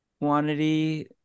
quantity